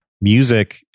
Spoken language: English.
music